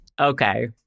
Okay